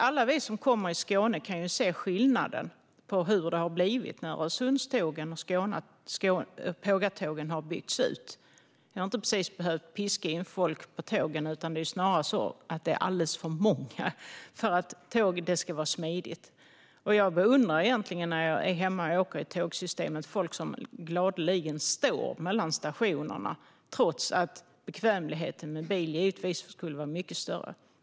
Alla vi som reser i Skåne kan se skillnaden efter att Öresundstågen och pågatågen byggts ut. Man har inte precis behövt piska in folk på tågen, utan det är snarare så att det är alldeles för många resenärer för att det ska vara smidigt. När jag är hemma och åker i tågsystemet beundrar jag folk som gladeligen står mellan stationerna, trots att bekvämligheten med bil givetvis skulle vara mycket större.